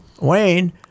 Wayne